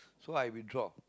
so I withdraw